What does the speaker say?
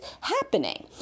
happening